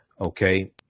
Okay